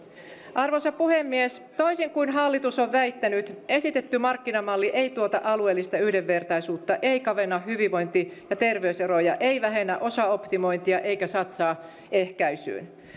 arvoisa puhemies toisin kuin hallitus on väittänyt esitetty markkinamalli ei tuota alueellista yhdenvertaisuutta ei kavenna hyvinvointi ja terveyseroja ei vähennä osaoptimointia eikä satsaa ennaltaehkäisyyn